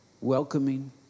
welcoming